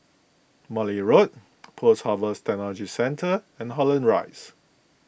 Morley Road Post Harvest Technology Centre and Holland Rise